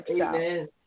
Amen